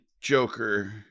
Joker